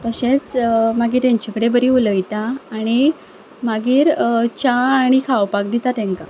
तशेंच मागीर तेंचे कडेन बरी उलयतात आनी मागीर च्या आनी खावपाक दितात तेंका